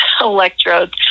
electrodes